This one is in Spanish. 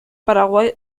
paraguay